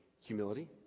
humility